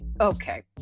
Okay